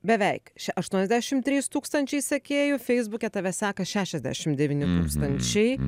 beveik še aštuoniasdešim trys tūkstančiai sekėjų feisbuke tave seka šešiasdešim devyni tūkstančiai